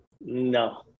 No